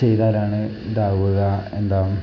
ചെയ്താലാണ് ഇതാവുക എന്താവും